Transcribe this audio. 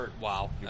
Wow